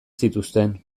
zituzten